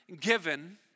given